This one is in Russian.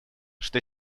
что